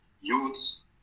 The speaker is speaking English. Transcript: youths